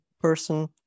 person